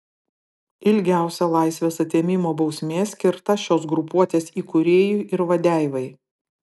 ilgiausia laisvės atėmimo bausmė skirta šios grupuotės įkūrėjui ir vadeivai